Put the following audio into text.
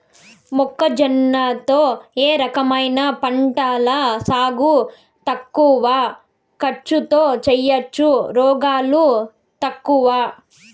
మొక్కజొన్న లో ఏ రకమైన పంటల సాగు తక్కువ ఖర్చుతో చేయచ్చు, రోగాలు తక్కువ?